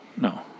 no